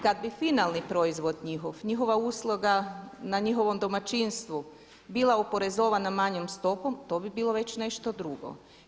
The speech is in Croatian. Kad bi finalni proizvod njihov, njihova usluga na njihovom domaćinstvu bila oporezovana manjom stopom to bi bilo već nešto drugo.